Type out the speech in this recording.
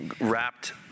wrapped